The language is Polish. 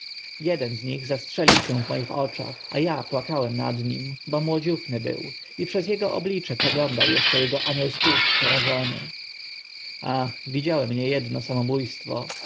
jeden z nich zastrzelił się w moich oczach a a płakałem nad nim bo młodziuchny był i przez ego oblicze przeglądał eszcze ego anioł stróż przerażony ach widziałem nie edno samobó